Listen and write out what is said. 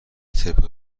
طبق